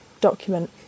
document